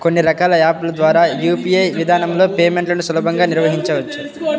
కొన్ని రకాల యాప్ ల ద్వారా యూ.పీ.ఐ విధానంలో పేమెంట్లను సులభంగా నిర్వహించవచ్చు